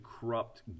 corrupt